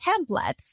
template